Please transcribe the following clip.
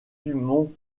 dumont